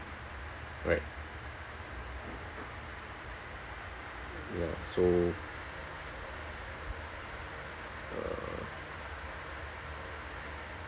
right ya so uh